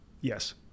yes